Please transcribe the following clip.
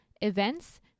events